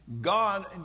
God